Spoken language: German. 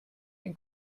den